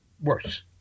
worse